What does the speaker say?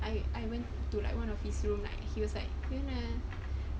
I I went to like one of his room like he was like you know